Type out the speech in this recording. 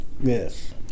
Yes